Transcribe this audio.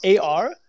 AR